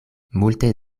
multe